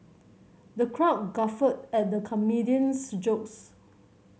the crowd guffawed at the comedian's jokes